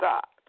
God